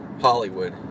Hollywood